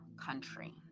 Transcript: country